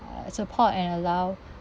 uh support and allow